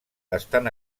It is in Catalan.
estan